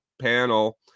Panel